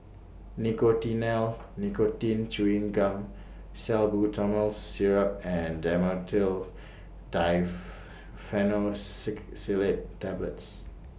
Nicotinell Nicotine Chewing Gum Salbutamol Syrup and Dhamotil Tablets